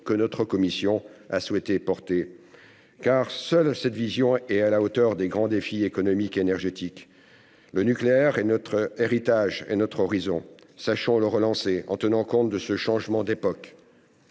que notre commission a souhaité porter, car seule cette vision est à la hauteur des grands défis économiques et énergétiques. Le nucléaire est notre héritage et notre horizon ; sachons le relancer, en tenant compte de ce changement d'époque.